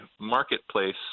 marketplace